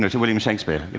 to william shakespeare.